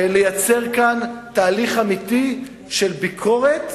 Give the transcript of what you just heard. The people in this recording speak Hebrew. לייצר כאן תהליך אמיתי של ביקורת,